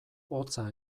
hotza